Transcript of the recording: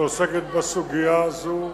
שעוסקת בסוגיה הזאת.